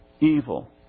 evil